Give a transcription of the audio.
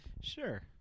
Sure